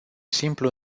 simplu